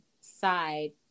side